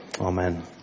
Amen